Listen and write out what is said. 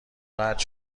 قطع